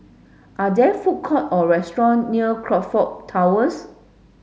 are there food court or restaurant near Crockford Towers